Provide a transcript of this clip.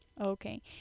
Okay